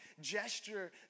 gesture